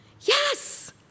Yes